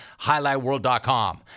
HighlightWorld.com